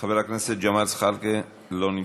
חבר הכנסת ג'מאל זחאלקה, אינו נוכח.